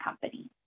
company